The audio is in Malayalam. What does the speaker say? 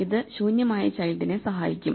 ഇത് ശൂന്യമായ ചൈൽഡിനെ സഹായിക്കും